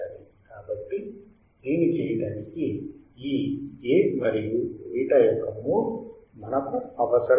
కాబట్టి దీన్ని చేయటానికి ఈ A మరియు β యొక్క మోడ్ మనకు అవసరం